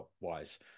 wise